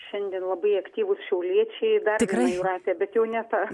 šiandien labai aktyvūs šiauliečiai dar viena jūratė bet jau ne ta